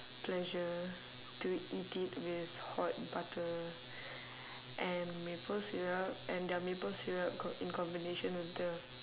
pleasure to eat it with hot butter and maple syrup and their maple syrup co~ in combination with the